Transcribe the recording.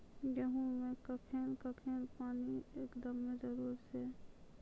गेहूँ मे कखेन कखेन पानी एकदमें जरुरी छैय?